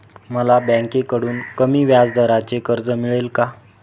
मला बँकेकडून कमी व्याजदराचे कर्ज मिळेल का?